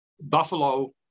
Buffalo